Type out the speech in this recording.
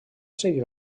seguir